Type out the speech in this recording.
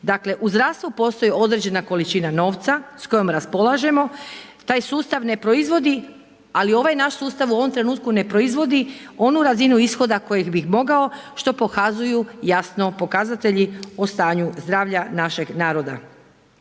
Dakle, u zdravstvu postoji određena količina novca s kojom raspolažemo. Taj sustav ne proizvodi ali ovaj naš sustav u ovom trenutku ne proizvodi onu razinu ishoda koje bi mogao što pokazuju jasno pokazatelji o stanju zdravlja našeg naroda.